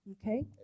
Okay